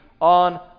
on